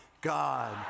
God